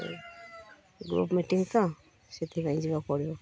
group meeting ତ ସେଥିପାଇଁ ଯିବାକୁ ପଡ଼ିବ